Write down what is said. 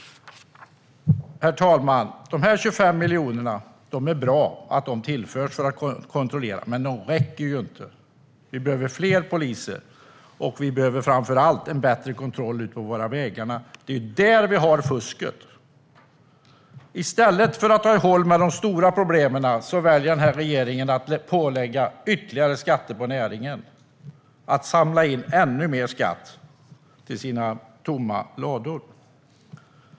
Herr talman! Det är bra att de 25 miljonerna tillförs kontrollen, men det räcker inte. Vi behöver fler poliser. Framför allt behöver vi bättre kontroll på våra vägar, för det är där vi har fusket. I stället för att ta itu med de stora problemen väljer regeringen att lägga ytterligare skatter på näringen och att samla in ännu mer skatt till sina tomma lador.